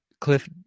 cliff